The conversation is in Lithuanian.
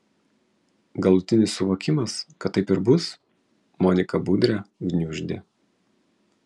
galutinis suvokimas kad taip ir bus moniką budrę gniuždė